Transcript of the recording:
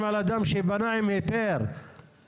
נגיד השר שם במשרד האנרגיה יתמוך בהצעות חוק לנתק את החשמל מטופס